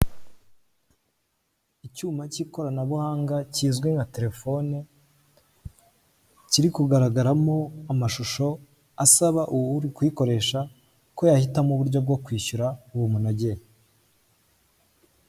Icyuma cy'ikoranabuhanga kizwi nka telefone, kiri kugaragaramo amashusho asaba uw'uri kuyikoresha ko yahitamo uburyo bwo kwishyura bumunogeye.